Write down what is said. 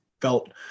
felt